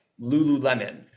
Lululemon